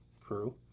crew